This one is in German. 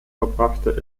verbrachte